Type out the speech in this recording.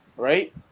right